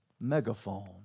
megaphone